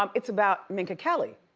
um it's about minka kelly.